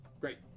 Great